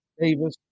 Davis